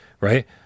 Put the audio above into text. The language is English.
right